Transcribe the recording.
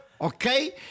Okay